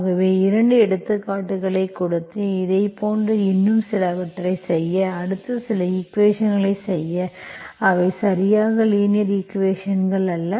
ஆகவே 2 எடுத்துக்காட்டுகளைக் கொடுத்து இதைப் போன்ற இன்னும் சிலவற்றைச் செய்ய அடுத்து சில ஈக்குவேஷன்ஸ்களைச் செய்ய அவை சரியாக லீனியர் ஈக்குவேஷன்ஸ்கள் அல்ல